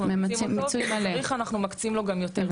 אנחנו ממצים אותו ואם צריך אנחנו מקצים לו גם יותר.